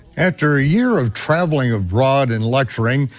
after a year of traveling abroad and lecturing,